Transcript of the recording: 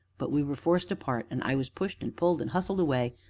but we were forced apart, and i was pushed and pulled and hustled away,